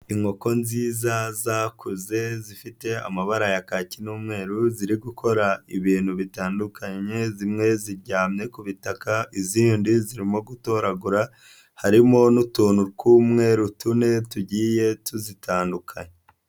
Inkoko nziza zakoze zifite amabara ya kaki n'umweru, ziri gukora ibintu bitandukanye, zimwe ziryamye ku butaka, izindi zirimo gutoragura, harimo n'utuntu tw'umweru tune, tugiye tuzitandukanya.